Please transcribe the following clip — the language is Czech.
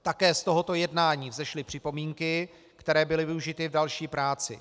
Také z tohoto jednání vzešly připomínky, které byly využity k další práci.